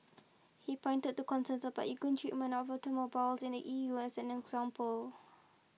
he pointed to concerns about equal treatment of automobiles in the E U as an example